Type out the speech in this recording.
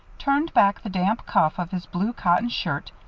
turned back the damp cuff of his blue cotton shirt,